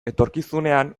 etorkizunean